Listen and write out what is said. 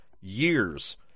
Years